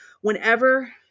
whenever